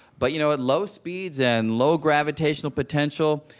but you know at low speeds and low gravitational potential,